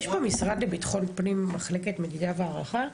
יש במשרד לביטחון פנים מחלקת מדידה והערכה?